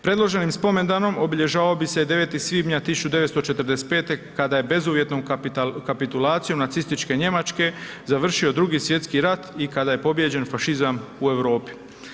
Predloženim spomendanom obilježavao bi se i 9. svibnja 1945. kada je bezuvjetnom kapitulacijom nacističke Njemačke završio Drugi svjetski rat i kada je pobijeđen fašizam u Europi.